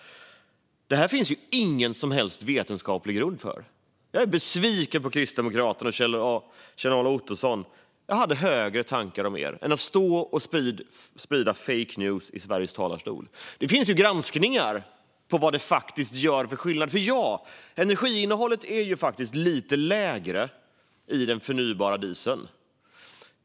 Det finns ingen som helst vetenskaplig grund för detta. Jag är besviken på Kristdemokraterna och Kjell-Arne Ottosson. Jag hade högre tankar om er än att ni skulle stå och sprida fake news i Sveriges riksdags talarstol. Det finns ju granskningar av vilken skillnad det faktiskt gör. Energiinnehållet är faktiskt lite lägre i den förnybara dieseln.